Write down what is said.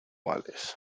vales